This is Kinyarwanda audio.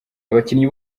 abakinnyi